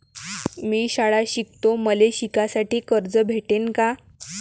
मी शाळा शिकतो, मले शिकासाठी कर्ज भेटन का?